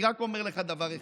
אני רק אומר לך דבר אחד,